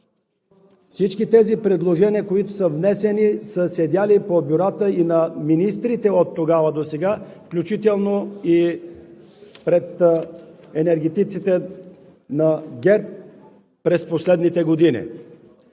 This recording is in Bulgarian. Всички предложения, които са внесени, са седели по бюрата и на министрите от тогава до сега, включително пред енергетиците на ГЕРБ през последните години.